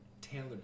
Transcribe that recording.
tailored